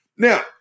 Now